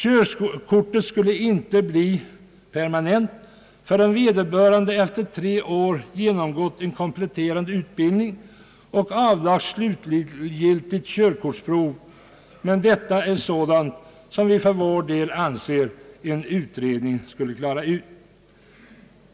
Körkortet skulle inte bli permanent förrän vederbörande efter tre år genomgått en kompletterande utbildning och avlagt slutgiltigt körkortsprov. Det är sådana frågor som vi för vår del anser att en utredning borde undersöka.